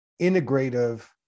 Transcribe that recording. integrative